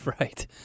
right